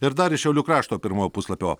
ir dar iš šiaulių krašto pirmojo puslapio